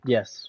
Yes